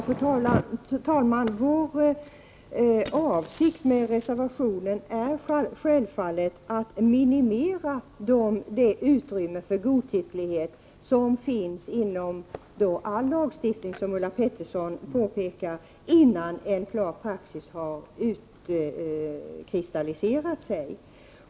Fru talman! Anledningen till vår reservation är självfallet att vi vill minimera det utrymme för godtycke som finns inom all lagstiftning — Ulla Pettersson berörde också detta — innan en klar praxis har utkristalliserats.